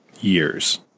years